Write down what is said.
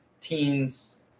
teens